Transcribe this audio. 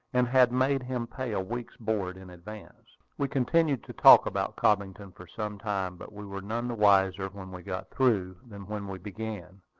and had made him pay a week's board in advance. we continued to talk about cobbington for some time but we were none the wiser when we got through than when we began.